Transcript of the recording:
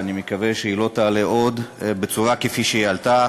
ואני מקווה שהיא לא תעלה עוד בצורה שעלתה.